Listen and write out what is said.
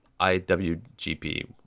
IWGP